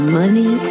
money